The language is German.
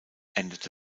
endete